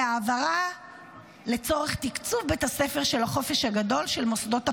להעברה לצורך תקצוב בית הספר של החופש הגדול של מוסדות הפטור.